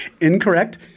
Incorrect